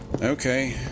Okay